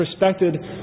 respected